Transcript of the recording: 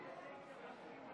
אדוני היושב-ראש, כבוד השרים,